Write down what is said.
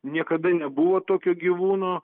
niekada nebuvo tokio gyvūno